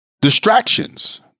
Distractions